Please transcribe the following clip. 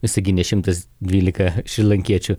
visagine šimtas dvylika šrilankiečių